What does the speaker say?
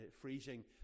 freezing